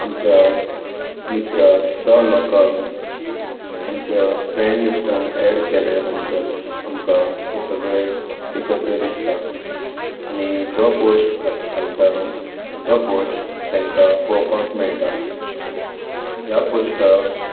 आमच्या मित्रांक जावं लोकांक आमच्या फ्रेंड लिस्टांत एड केल्या नंतर आमकां तें सगळें एकत्र दिसतात आनी जो पोस्ट घात घालता तो पोस्ट तेंकां पळोवपाक मेळटा ह्या पोस्टाक